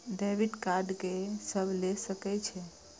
Debit card के सब ले सके छै?